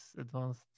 advanced